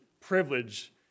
privilege